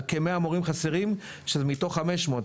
על כ- 100 מורים חסרים מתוך 500,